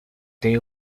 they